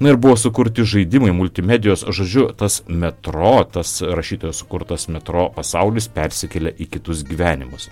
na ir buvo sukurti žaidimai multimedijos žodžiu tas metro tas rašytojo sukurtas metro pasaulis persikėlė į kitus gyvenimus